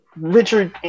Richard